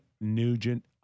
Nugent